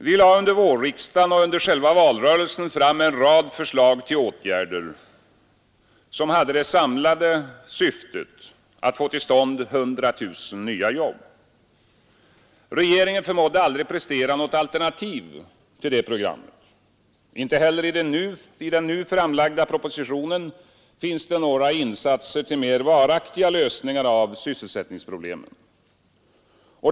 Vi lade under vårriksdagen och under själva valrörelsen fram en rad förslag till åtgärder som hade det samlade syftet att få till stånd 100 000 nya jobb. Regeringen förmådde aldrig prestera något alternativ till detta program. Inte heller i den nu framlagda propositionen finns det några insatser till mer varaktiga lösningar av sysselsättningsproblemen.